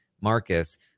Marcus